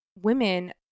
women